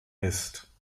ist